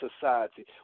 society